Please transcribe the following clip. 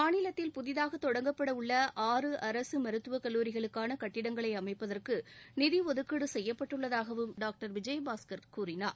மாநிலத்தில் புதிதாக தொடங்கப்பட உள்ள ஆறு அரசு மருத்துவக் கல்லூரிகளுக்கான கட்டிடங்களை அமைப்பதற்கு நிதி ஒதுக்கீடு செய்யப்பட்டுள்ளதாகவும் டாக்டர் விஜயபாஸ்கர் கூறினார்